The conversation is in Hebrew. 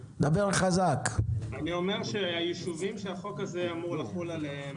אני אומר שהיישובים שהחוק הזה אמור לחול עליהם